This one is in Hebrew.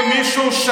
מישהו אחר.